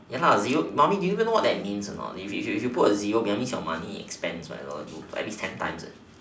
ya lah zero mummy do you even know or not if if if you put a zero behind that means your money expense that means is ten times